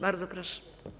Bardzo proszę.